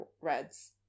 reds